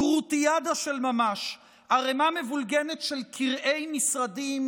גרוטיאדה של ממש: ערמה מבולגנת של קרעי משרדים,